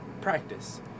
practice